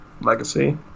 Legacy